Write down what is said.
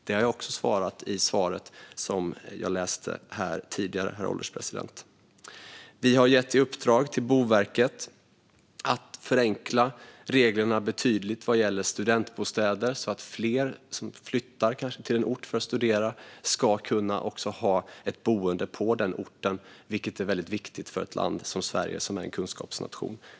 Det framgick också i mitt tidigare svar. Vi har gett Boverket i uppdrag att förenkla reglerna betydligt vad gäller studentbostäder så att fler som flyttar till en ort för att studera ska kunna ha ett boende på den orten, vilket är viktigt för en kunskapsnation som Sverige.